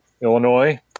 Illinois